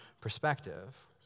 perspective